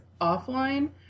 offline